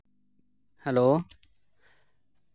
hello